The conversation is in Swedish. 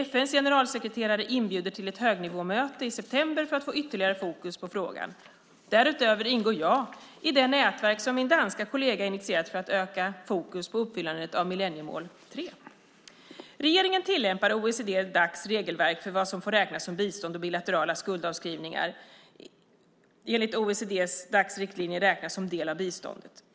FN:s generalsekreterare inbjuder till ett högnivåmöte i september för att få ytterligare fokus på frågan. Därutöver ingår jag i det nätverk som min danska kollega initierat för att öka fokus på uppfyllandet av millenniemål 3. Regeringen tillämpar OECD Dac:s riktlinjer räknas som en del av biståndet.